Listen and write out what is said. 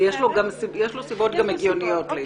גם יש לו סיבות הגיוניות להתנגדות.